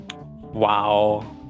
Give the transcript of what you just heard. wow